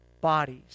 bodies